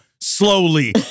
slowly